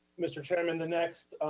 mr. chairman, the next